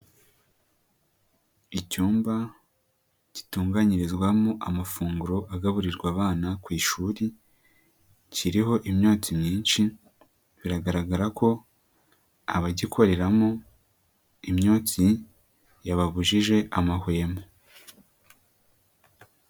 Icyumba gitunganyirizwamo amafunguro agaburirwa abana ku ishuri, kiriho imyotsi myinshi biragaragara ko abagikoreramo imyutsi yababujije amahwemo.